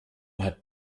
hat